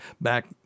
back